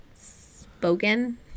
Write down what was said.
spoken